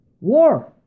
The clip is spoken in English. war